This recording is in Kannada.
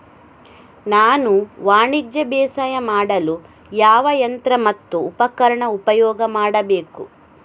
ನಾನು ವಾಣಿಜ್ಯ ಬೇಸಾಯ ಮಾಡಲು ಯಾವ ಯಂತ್ರ ಮತ್ತು ಉಪಕರಣ ಉಪಯೋಗ ಮಾಡಬೇಕು?